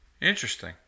interesting